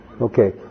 Okay